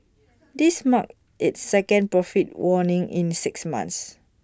this marked its second profit warning in six months